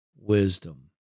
wisdom